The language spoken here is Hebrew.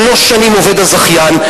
שלוש שנים עובד הזכיין,